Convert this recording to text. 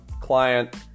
client